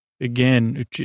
Again